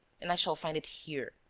and i shall find it here.